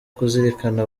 kuzirikana